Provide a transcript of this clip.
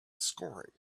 scoring